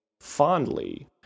fondly